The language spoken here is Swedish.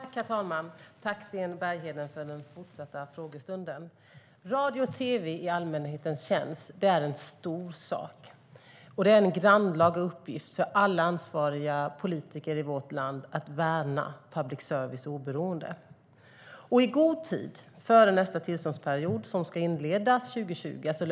Herr talman! Tack, Sten Bergheden, för den fortsatta frågestunden! Radio och tv i allmänhetens tjänst är en stor sak. Det är en grannlaga uppgift för alla ansvariga politiker i vårt land att värna public services oberoende. Det nuvarande tillståndet löper ut den 31 december 2019.